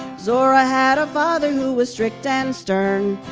zora had a father who was strict and stern,